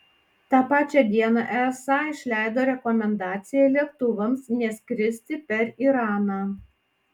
tą pačią dieną easa išleido rekomendaciją lėktuvams neskristi per iraną